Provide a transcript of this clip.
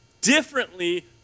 differently